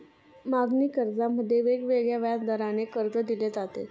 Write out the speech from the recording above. मागणी कर्जामध्ये वेगवेगळ्या व्याजदराने कर्ज दिले जाते